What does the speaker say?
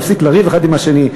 נפסיק לריב אחד עם השני,